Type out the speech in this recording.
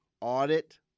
audit